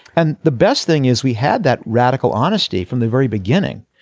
and the best thing is we had that radical honesty from the very beginning.